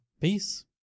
Peace